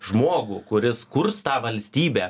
žmogų kuris kurs tą valstybę